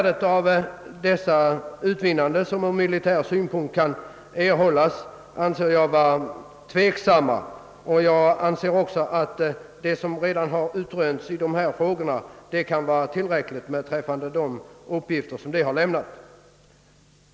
De värden som ur militär synpunkt kan utvinnas av sådana övningar anser jag vara tvivel aktiga. Jag anser också att man har utrönt tillräckligt i detta avseende.